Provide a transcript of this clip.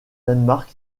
danemark